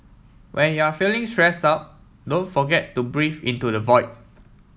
when you are feeling stress out don't forget to breathe into the void